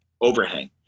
overhang